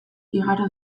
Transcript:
igaro